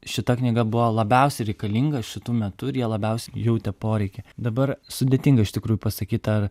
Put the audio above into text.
šita knyga buvo labiausiai reikalinga šitu metu jie labiausiai jautė poreikį dabar sudėtinga iš tikrųjų pasakyt ar